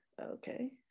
Okay